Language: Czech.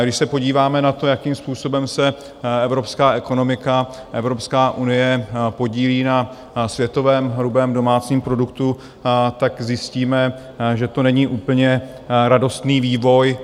Když se podíváme na to, jakým způsobem se evropská ekonomika, Evropská unie podílí na světovém hrubém domácím produktu, zjistíme, že to není úplně radostný vývoj.